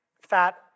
Fat